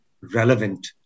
relevant